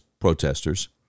protesters